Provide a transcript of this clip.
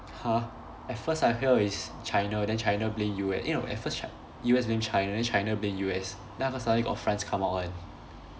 !huh! at first I hear it's china then china blame U_S eh no at first chi~ U_S blamed china then china blamed U_S then after suddenly got france come out [one]